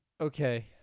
Okay